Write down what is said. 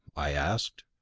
i asked.